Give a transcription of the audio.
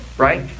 Right